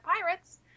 Pirates